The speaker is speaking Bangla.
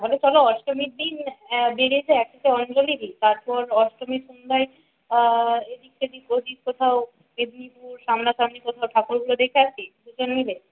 তাহলে চলো অষ্টমীর দিন তো অঞ্জলি দিই তারপর অষ্টমীর সন্ধ্যায় এদিক সেদিক ওদিক কোথাও মেদিনীপুর সামনা সামনি কোথাও ঠাকুরগুলো দেখে আসি দুজন মিলে